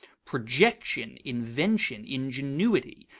projection, invention, ingenuity,